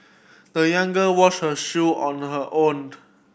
the young girl washed her shoe on her owned